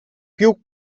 più